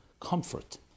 comfort